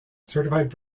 certified